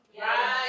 Right